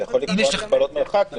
אתה יכול לקבוע הגבלות מרחק.